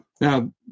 Now